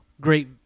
great